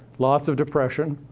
lots of depression,